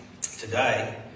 today